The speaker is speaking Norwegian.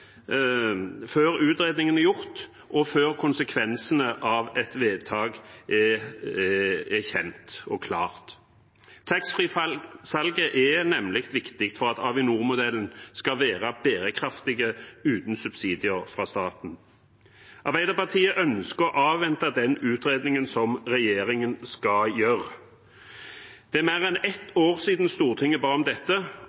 før utredningen er gjort, og før konsekvensene av et vedtak er kjent og klart. Taxfree-salget er nemlig viktig for at Avinor-modellen skal være bærekraftig uten subsidier fra staten. Arbeiderpartiet ønsker å avvente den utredningen som regjeringen skal gjøre. Det er mer enn ett